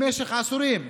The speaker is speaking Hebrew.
במשך עשורים,